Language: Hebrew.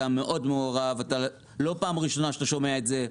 אתה מאוד מעורב וזאת לא הפעם הראשונה שאתה שומע את זה.